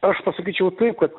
aš pasakyčiau taip kad